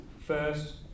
First